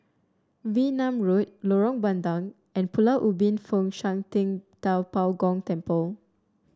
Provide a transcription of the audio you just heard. Wee Nam Road Lorong Bandang and Pulau Ubin Fo Shan Ting Da Bo Gong Temple